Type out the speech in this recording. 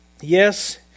Yes